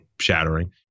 shattering